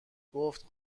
گفت